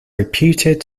reputed